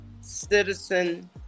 citizen